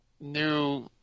new